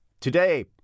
today